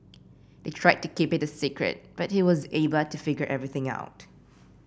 they tried to keep it a secret but he was able to figure everything out